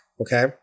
Okay